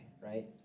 right